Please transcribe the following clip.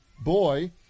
boy